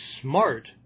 smart